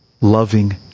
loving